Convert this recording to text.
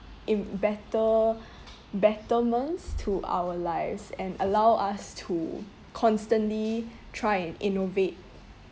in better betterments to our lives and allow us to constantly try and innovate